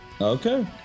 Okay